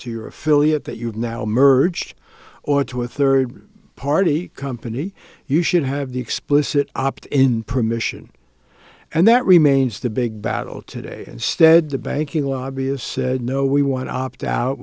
your affiliate the you've now merged or to a third party company you should have the explicit opt in permission and that remains the big battle today instead the banking lobbyist said no we want opt out